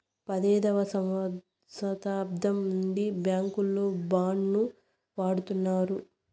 పదైదవ శతాబ్దం నుండి బ్యాంకుల్లో బాండ్ ను వాడుతున్నారు